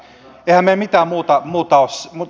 eihän meillä mitään muuta ole